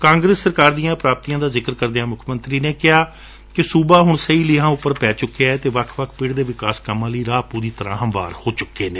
ਕਾਂਗਰਸ ਸਰਕਾਰ ਦੀਆਂ ਪ੍ਾਪਤੀਆਂ ਦਾ ਜ਼ਿਕਰ ਕਰਦਿਆਂ ਮੁੱਖ ਮੰਤਰੀ ਨੇ ਕਿਹਾ ਕਿ ਸੂਬਾ ਹੁਣ ਸਹੀ ਲੀਹਾਂ ਉਪਰ ਪੈ ਗਿਐ ਅਤੇ ਵੱਖ ਪਿੜ ਦੇ ਵਿਕਾਸ ਕੰਮਾਂ ਲਈ ਰਾਹ ਵੀ ਹਮਵਾਰ ਹੋ ਚੁੱਕੇ ਨੇ